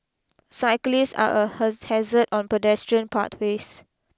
cyclists are a hazard on pedestrian pathways